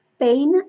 pain